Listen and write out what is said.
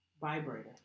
vibrator